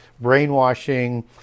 brainwashing